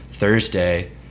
thursday